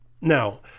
Now